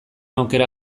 aukera